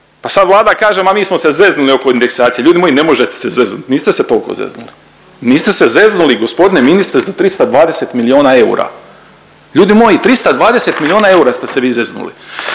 pa sad Vlada kaže ma mi smo se zeznuli oko indeksacije. Ljudi moji ne možete se zeznut, niste se tolko zeznuli, niste se zeznuli g. ministre za 320 milijuna eura. Ljudi moji, 320 milijuna eura ste se vi zeznuli.